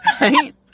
Right